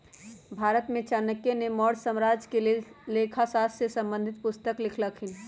भारत में चाणक्य ने मौर्ज साम्राज्य के लेल लेखा शास्त्र से संबंधित पुस्तक लिखलखिन्ह